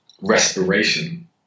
respiration